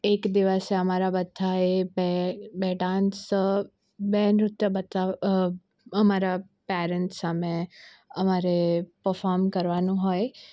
એક દિવસે અમારા બધાએ બે બે ડાન્સ બે નૃત્ય બતાવવા અમારા પેરેન્ટ્સ સામે અમારે પર્ફોમ કરવાનું હોય